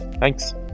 Thanks